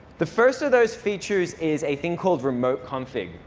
the first of those features is a thing called remote config.